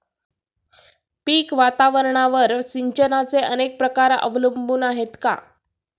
पीक वातावरणावर सिंचनाचे अनेक प्रकार अवलंबून आहेत का?